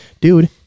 dude